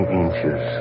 inches